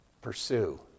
Pursue